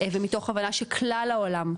ומתוך הבנה שכלל העולם,